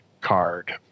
card